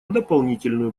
дополнительную